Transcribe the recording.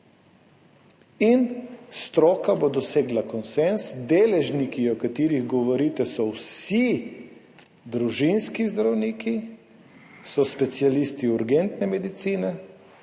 in stroka bo dosegla konsenz. Deležniki, o katerih govorite, so vsi družinski zdravniki, so specialisti urgentne medicine,